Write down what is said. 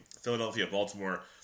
Philadelphia-Baltimore